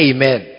Amen